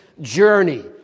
journey